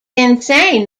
insane